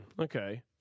okay